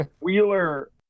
Wheeler